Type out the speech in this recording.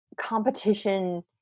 competition